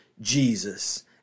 Jesus